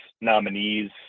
nominees